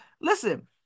Listen